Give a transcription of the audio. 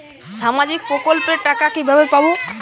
সামাজিক প্রকল্পের টাকা কিভাবে পাব?